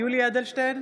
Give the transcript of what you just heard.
יולי יואל אדלשטיין,